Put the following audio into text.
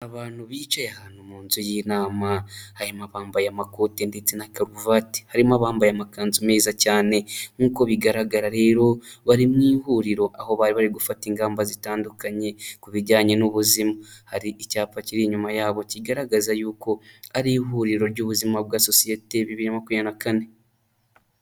Abantu bicaye ahantu mu nzu y'inama, harimo abambaye amakoti ndetse na karuvati, harimo abambaye amakanzu meza cyane, nk'uko bigaragara rero bari mu ihuriro aho bari bari gufata ingamba zitandukanye ku bijyanye n'ubuzima, hari icyapa kiri inyuma yabo kigaragaza yuko ari ihuriro ry'ubuzima bwa sosiyete bibiri na makumyabiri na kane.